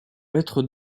lettres